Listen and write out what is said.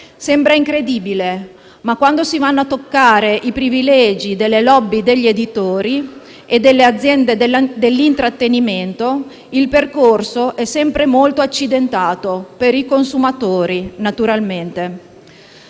sembra incredibile, ma quando si vanno a toccare i privilegi delle *lobby* degli editori e delle aziende dell'intrattenimento, il percorso è sempre molto accidentato, per i consumatori naturalmente.